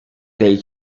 they